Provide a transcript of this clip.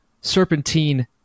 Serpentine